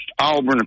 Auburn